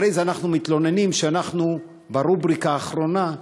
אחרי זה אנחנו מתלוננים שאנחנו ברובריקה האחרונה,